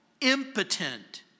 impotent